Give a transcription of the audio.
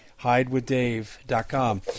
hidewithdave.com